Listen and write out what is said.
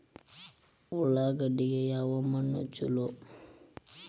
ಉಳ್ಳಾಗಡ್ಡಿಗೆ ಯಾವ ಮಣ್ಣು ಛಲೋ?